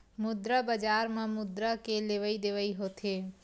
मुद्रा बजार म मुद्रा के लेवइ देवइ होथे